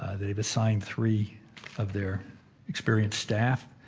they've assigned three of their experienced staff.